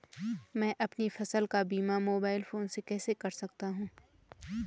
मैं अपनी फसल का बीमा मोबाइल फोन से कैसे कर सकता हूँ?